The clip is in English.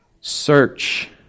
search